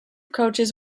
coaches